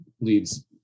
leads